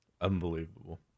Unbelievable